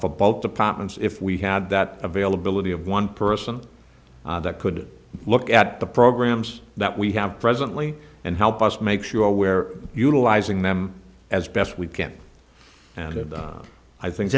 for both departments if we had that availability of one person that could look at the programs that we have presently and help us make sure where utilizing them as best we can and of the i think